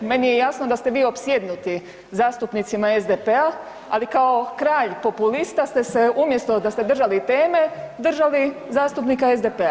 Meni je jasno da ste vi opsjednuti zastupnicima SDP-a, ali kao kralj populista ste se umjesto da ste se držali teme držali zastupnika SDP-a.